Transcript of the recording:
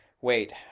wait